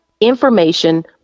information